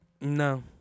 No